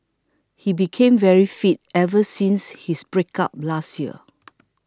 he became very fit ever since his breakup last year